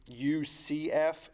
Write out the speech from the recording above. UCF